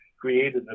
created